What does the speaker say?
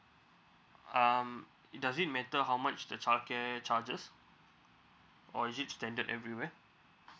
um does it matter how much the childcare charges or is it standard everywhere